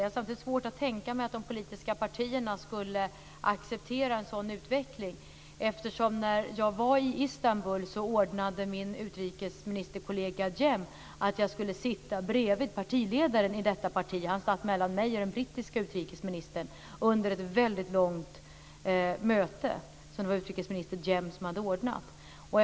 Jag har samtidigt svårt att tänka mig att de politiska partierna skulle acceptera en sådan utveckling. När jag var i Istanbul ordnade min utrikesministerkollega Cem att jag skulle sitta bredvid partiledaren i detta parti. Han satt mellan mig och den brittiske utrikesministern under ett långt möte ordnat av Cem.